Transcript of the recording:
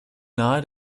nahe